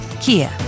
Kia